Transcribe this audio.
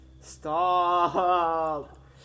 Stop